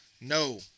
no